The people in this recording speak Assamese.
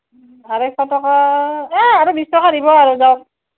আঢ়ৈশ টকা এ আৰু বিশ টকা দিব আৰু যাওক